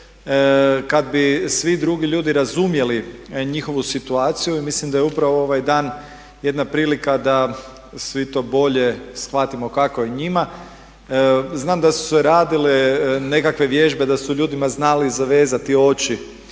kad bi svi drugi ljudi razumjeli njihovu situaciju. I mislim da je upravo ovaj dan jedna prilika da svi to bolje shvatimo kako je njima. Znam da su se radile nekakve vježbe, da su ljudima znali zavezati oči